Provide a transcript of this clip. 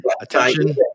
attention